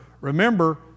remember